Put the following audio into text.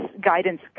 guidance